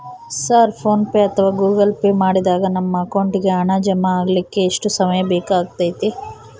Sir PhonePe ಅಥವಾ Google Pay ಮಾಡಿದಾಗ ನಮ್ಮ ಅಕೌಂಟಿಗೆ ಹಣ ಜಮಾ ಆಗಲಿಕ್ಕೆ ಎಷ್ಟು ಸಮಯ ಬೇಕಾಗತೈತಿ?